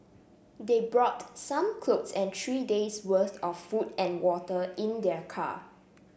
they brought some clothes and three days' worth of food and water in their car